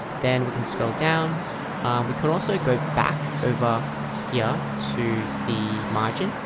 then we can scroll down we could also go back over here to the margin.